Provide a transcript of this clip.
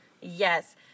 Yes